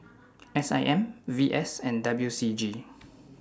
S I M V S and W C G